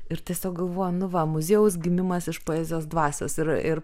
ir tiesiog galvoji nu va muziejaus gimimas iš poezijos dvasios ir ir